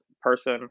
person